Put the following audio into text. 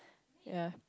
ya